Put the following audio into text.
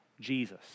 Jesus